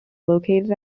located